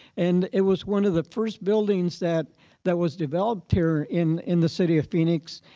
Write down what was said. and it was one of the first buildings that that was developed here in in the city of phoenix.